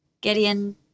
gideon